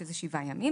שזה שבעה ימים,